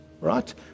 Right